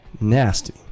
nasty